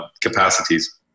capacities